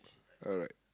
alright